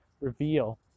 reveal